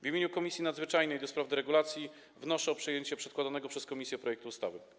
W imieniu Komisji Nadzwyczajnej do spraw deregulacji wnoszę o przyjęcie przedkładanego przez komisje projektu ustawy.